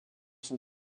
son